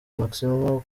maximo